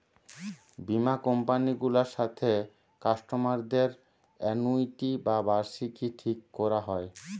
বীমা কোম্পানি গুলার সাথে কাস্টমারদের অ্যানুইটি বা বার্ষিকী ঠিক কোরা হয়